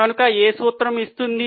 కనుక ఏ సూత్రం ఇస్తుంది